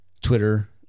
Twitter